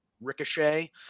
ricochet